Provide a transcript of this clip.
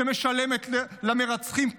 שמשלמת למרצחים,